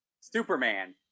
Superman